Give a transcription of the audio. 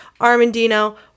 Armandino